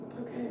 Okay